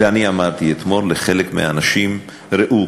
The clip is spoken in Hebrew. ואני אמרתי אתמול לחלק מהאנשים: ראו,